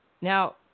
now